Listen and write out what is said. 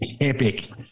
Epic